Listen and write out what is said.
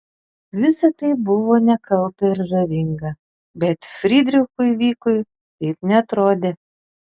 visa tai buvo nekalta ir žavinga bet frydrichui vykui taip neatrodė